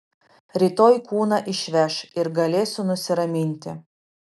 rytoj kūną išveš ir galėsiu nusiraminti